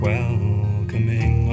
Welcoming